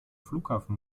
flughafen